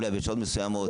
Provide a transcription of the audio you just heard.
אולי בשעות מסוימות.